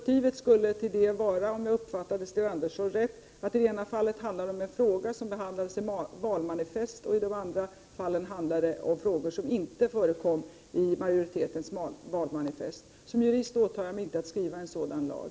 Till detta skulle, om jag uppfattade Sten Andersson rätt, motivet vara att det i det ena fallet gäller en fråga som behandlas i valmanifest, i de andra fallen frågor som inte förekommer i majoritetens valmanifest. Som jurist åtar jag mig inte att skriva en sådan lag.